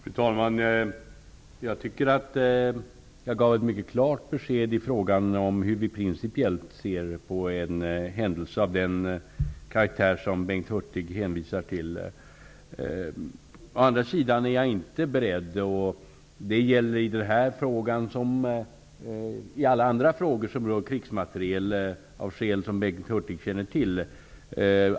Fru talman! Jag tycker att jag gav ett mycket klart besked i frågan om hur regeringen principiellt ser på en händelse av den karaktär som Bengt Hurtig hänvisar till. Å andra sidan är jag inte beredd att gå in på detaljer rörande tidigare svensk krigsmaterielexport till Mexico.